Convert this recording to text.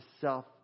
self